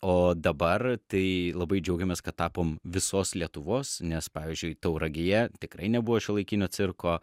o dabar tai labai džiaugiamės kad tapom visos lietuvos nes pavyzdžiui tauragėje tikrai nebuvo šiuolaikinio cirko